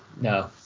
No